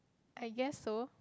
I guess so